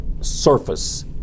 surface